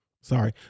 sorry